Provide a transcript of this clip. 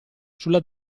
sulla